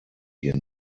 hier